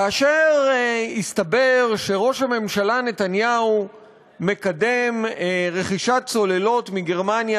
כאשר התברר שראש הממשלה נתניהו מקדם רכישת צוללות מגרמניה,